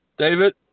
David